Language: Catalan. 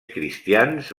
cristians